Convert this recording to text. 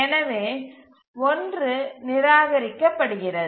எனவே 1 நிராகரிக்கப்படுகிறது